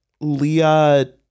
Leah